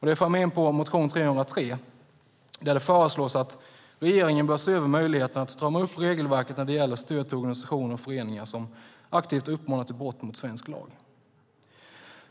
Detta för mig in på motion 303, där det föreslås att regeringen bör se över möjligheterna att strama upp regelverket när det gäller stöd till organisationer och föreningar som aktivt uppmanar till brott mot svensk lag.